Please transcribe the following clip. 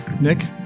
nick